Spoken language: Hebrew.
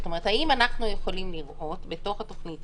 האם אנחנו יכולים לראות בתוך התוכנית